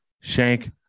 shank